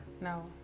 No